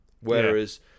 whereas